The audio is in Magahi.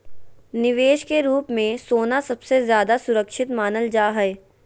निवेश के रूप मे सोना सबसे ज्यादा सुरक्षित मानल जा हय